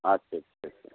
আচ্ছা ঠিক আছে